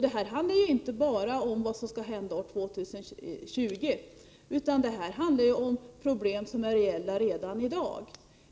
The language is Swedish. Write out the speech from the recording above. Detta handlar inte bara om vad som skall hända år 2020, utan det handlar om problem som är reella redan i dag.